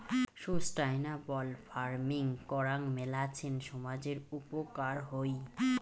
sustainable farming করাং মেলাছেন সামজের উপকার হই